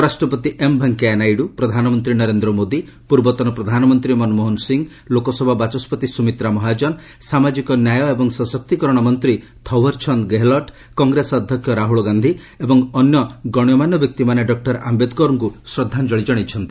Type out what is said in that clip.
ଉପରାଷ୍ଟ୍ରପତି ଏମ୍ ଭେଙ୍କେୟାନାଇଡ଼ୁ ପ୍ରଧାନମନ୍ତ୍ରୀ ନରେନ୍ଦ୍ର ମୋଦି ପୂର୍ବତନ ପ୍ରଧାନମନ୍ତ୍ରୀ ମନମୋହନ ସିଂହ ଲୋକସଭା ବାଚସ୍କତି ସୁମିତ୍ରା ମହାଜନ ସାମାଜିକ ନ୍ୟାୟ ଏବଂ ସଶକ୍ତିକରଣ ମନ୍ତ୍ରୀ ଥଓ୍ୱରଚାନ୍ଦ ଗେହଲଟ କଂଗ୍ରେସ ଅଧ୍ୟକ୍ଷ ରାହୁଳ ଗାନ୍ଧୀ ଏବଂ ଅନ୍ୟ ଗଣ୍ୟମାନ୍ୟ ବ୍ୟକ୍ତିମାନେ ଡକୁର ଆମ୍ବେଦକରଙ୍କୁ ଶ୍ରଦ୍ଧାଞ୍ଚଳି ଜଣାଇଛନ୍ତି